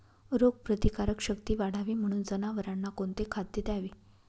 रोगप्रतिकारक शक्ती वाढावी म्हणून जनावरांना कोणते खाद्य द्यावे?